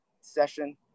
session